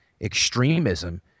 extremism